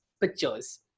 pictures